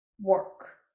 work